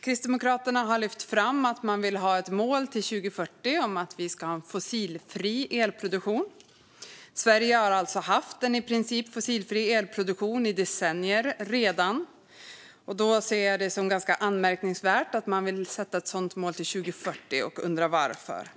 Kristdemokraterna har lyft fram att man vill ha ett mål till 2040 om en fossilfri elproduktion. Sverige har alltså redan haft en i princip fossilfri elproduktion i decennier. Då ser jag det som ganska anmärkningsvärt att man vill sätta ett sådant mål till 2040 och undrar varför.